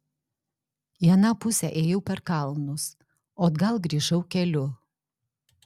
į aną pusę ėjau per kalnus o atgal grįžau keliu